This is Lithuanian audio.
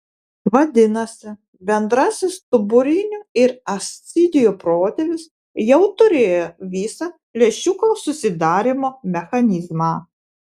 vadinasi bendrasis stuburinių ir ascidijų protėvis jau turėjo visą lęšiuko susidarymo mechanizmą